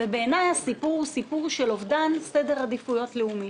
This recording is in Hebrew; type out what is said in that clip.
בעיניי זה סיפור של אובדן סדר עדיפויות לאומי.